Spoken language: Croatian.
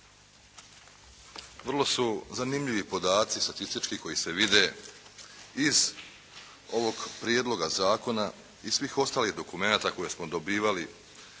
Vrlo su zanimljivi podaci statistički koji se vide iz ovog prijedloga zakona i svih ostalih dokumenata koje smo dobivali